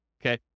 okay